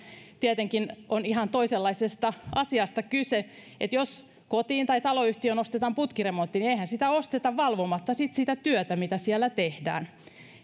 tietenkin on ihan toisenlaisesta asiasta kyse jos kotiin tai taloyhtiöön ostetaan putkiremontti niin eihän sitä työtä osteta valvomatta mitä siellä tehdään